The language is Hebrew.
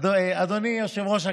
אדוני יושב-ראש הכנסת,